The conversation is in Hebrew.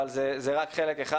אבל זה רק חלק אחד.